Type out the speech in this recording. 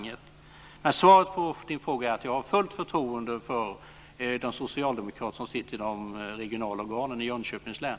Svaret på Lennart Kollmats fråga är att jag har fullt förtroende för de socialdemokrater som sitter i de regionala organen i Jönköpings län.